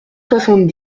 soixante